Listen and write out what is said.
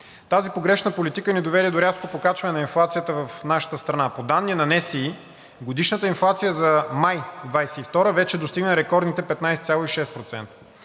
Тази погрешна политика ни доведе до рязко покачване на инфлацията в нашата страна. По данни на НСИ годишната инфлация за май 2022 г. вече достигна рекордните 15,6%.